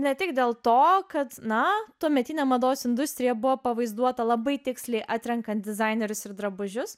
ne tik dėl to kad na tuometinė mados industrija buvo pavaizduota labai tiksliai atrenkant dizainerius ir drabužius